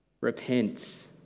repent